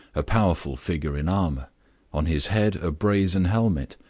a powerful figure in armor on his head a brazen helmet,